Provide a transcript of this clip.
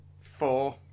four